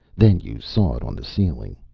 then you saw it on the ceiling.